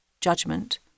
judgment